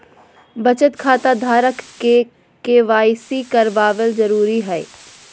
बचत खता धारक के के.वाई.सी कराबल जरुरी हइ